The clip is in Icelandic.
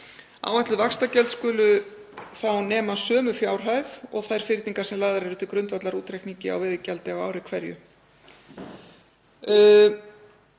Áætluð vaxtagjöld skulu þá nema sömu fjárhæð og þær fyrningar sem lagðar eru til grundvallar útreikningi á veiðigjaldi á ári hverju.